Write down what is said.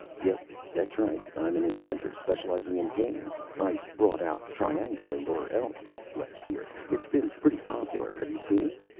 yep, that's right. i'm an inventor specializing in games. i brought out triangulate or else! last year. it's been pretty popular. have you seen it?